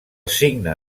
signe